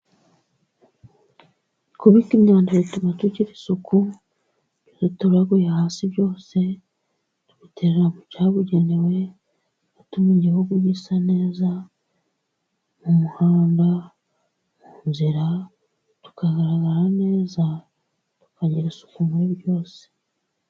Kubika imyanda bituma tugira isuku, ibyo dutoraguye hasi byose tubiterera mu cyabugenewe, bituma igihugu gisa neza mu muhanda, mu nzira tukagaragara neza tukagira isuku muri byose.